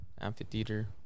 Amphitheater